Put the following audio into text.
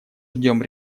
ждем